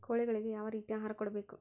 ಕೋಳಿಗಳಿಗೆ ಯಾವ ರೇತಿಯ ಆಹಾರ ಕೊಡಬೇಕು?